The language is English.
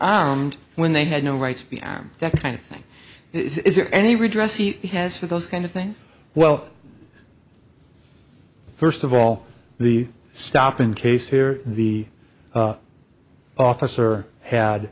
armed when they had no rights be am that kind of thing is there any redress he has for those kind of things well first of all the stop in case here the officer had